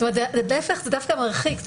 זאת אומרת להיפך, זה דווקא מרחיק.